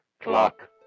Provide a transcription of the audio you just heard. Clock